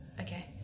okay